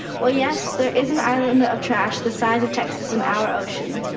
well yes there is an island and of trash the size of texas in our ocean,